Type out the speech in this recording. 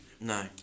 No